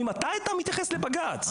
ממתי אתה מתייחס לבג"צ?